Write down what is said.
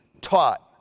taught